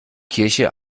kirche